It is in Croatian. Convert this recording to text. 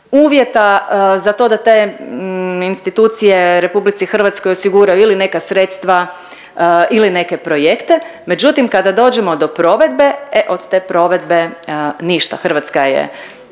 uvjeta za to da te institucije RH osiguraju ili neka sredstva ili neke projekte, međutim, kada dođemo do provedbe, e od te provedbe ništa, Hrvatska je